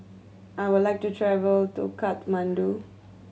I would like to travel to Kathmandu